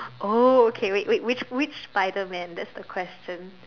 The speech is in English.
oh okay wait wait which which Spiderman that's the question